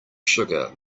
sugar